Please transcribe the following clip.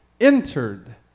entered